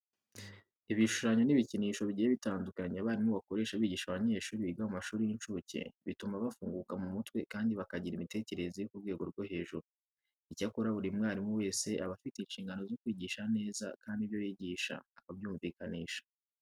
Ibishushanyo n'ibikinisho bigiye bitandukanye abarimu bakoresha bigisha abanyeshuri biga mu mashuri y'incuke, bituma bafunguka mu mutwe kandi bakagira imitekerereze iri ku rwego rwo hejuru. Icyakora buri mwarimu wese aba afite inshingano zo kwigisha neza kandi ibyo yigisha akabyumvikanisha.